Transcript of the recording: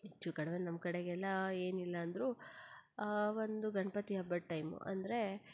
ಹೆಚ್ಚು ಕಡಿಮೆ ನಮ್ಮ ಕಡೆಗೆಲ್ಲ ಏನು ಇಲ್ಲ ಅಂದ್ರೂ ಒಂದು ಗಣಪತಿ ಹಬ್ಬದ ಟೈಮ್ ಅಂದರೆ